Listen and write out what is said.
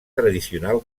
tradicional